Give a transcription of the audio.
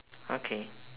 okay